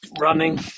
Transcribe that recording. running